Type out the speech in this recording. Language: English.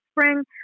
spring